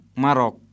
marok